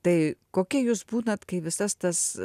tai kokia jūs būnat kai visas tas